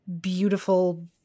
beautiful